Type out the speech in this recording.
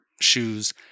shoes